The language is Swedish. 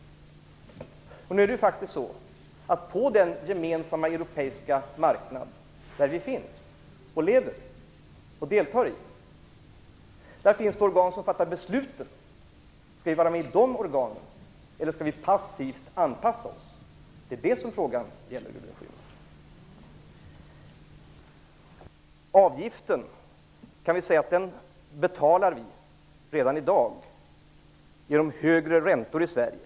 För den gemensamma europeiska marknad som vi lever med och deltar i finns det organ som fattar beslut. Skall vi vara med i dessa organ eller skall vi passivt anpassa oss? Det är det frågan gäller, Gudrun Schyman! Vi betalar redan i dag avgiften med hjälp av de höga räntorna i Sverige.